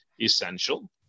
essential